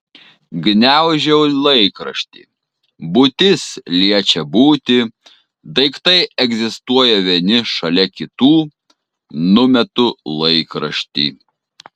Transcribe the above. gniaužau laikraštį būtis liečia būtį daiktai egzistuoja vieni šalia kitų numetu laikraštį